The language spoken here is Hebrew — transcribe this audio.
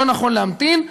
לא נכון להמתין.